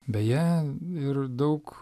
beje ir daug